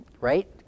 right